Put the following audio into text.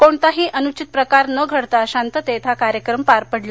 कोणताही अनुषित प्रकार न घडता शांततेत हा कार्यक्रम पार पडला